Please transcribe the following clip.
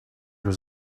was